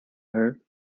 her